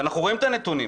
ואנחנו רואים את הנתונים: